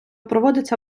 проводиться